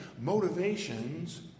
motivations